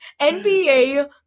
nba